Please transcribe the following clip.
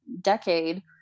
decade